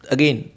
Again